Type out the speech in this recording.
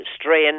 strain